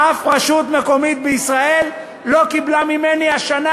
אף רשות מקומית בישראל לא קיבלה ממני השנה,